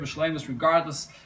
regardless